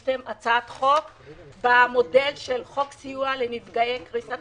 וחבר הכנסת יעקב אשר הגשתם הצעת חוק במודל של חוק סיוע לנפגעי קריסת